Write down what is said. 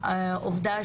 הישיבה,